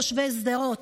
תושבי שדרות,